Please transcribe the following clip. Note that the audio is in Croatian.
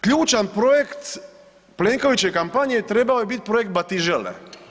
Ključan projekt Plenkovićeve kampanje trebao je bit projekt Batižele.